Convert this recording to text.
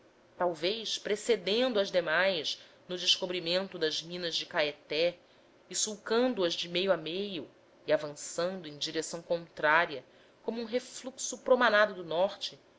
talvez precedendo as demais do descobrimento das minas de caeté e sulcando as de meio a meio e avançando em direção contrária como um refluxo promanado do norte